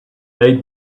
made